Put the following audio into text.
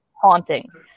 hauntings